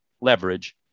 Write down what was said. leverage